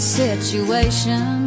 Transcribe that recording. situation